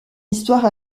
histoire